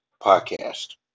podcast